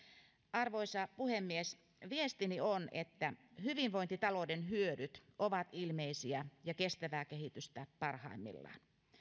arvoisa puhemies viestini on että hyvinvointitalouden hyödyt ovat ilmeisiä ja kestävää kehitystä parhaimmillaan